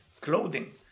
clothing